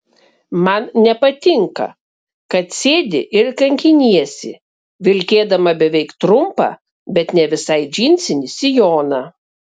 man nepatinka kad sėdi ir kankiniesi vilkėdama beveik trumpą bet ne visai džinsinį sijoną